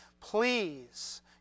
Please